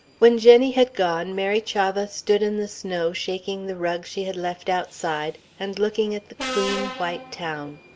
when jenny had gone, mary chavah stood in the snow shaking the rug she had left outside, and looking at the clean, white town.